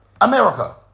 America